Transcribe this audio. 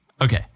Okay